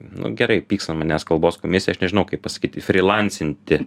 nu gerai pyks ant manęs kalbos komisija aš nežinau kaip pasakyti frilansinti